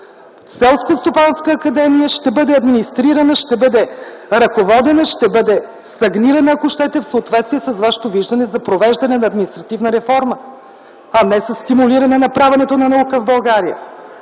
Селскостопанска академия ще бъде администрирана, ще бъде ръководена, ще бъде стагнирана, ако щете, в съответствие с вашето виждане за провеждане на административна реформа, а не със стимулиране на правенето на наука в България.